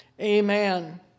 Amen